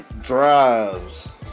drives